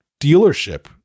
dealership